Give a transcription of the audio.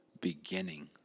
beginning